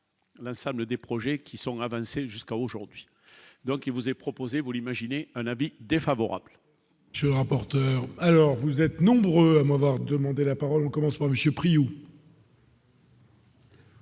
la salle des projets qui sont avancés jusqu'à aujourd'hui, donc il vous est proposé, vous l'imaginez, un avis défavorable. Je rapporteur alors vous êtes nombreux à avoir demandé la parole, on commence par monsieur